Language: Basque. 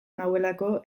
nauelako